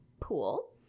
pool